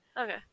Okay